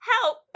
Help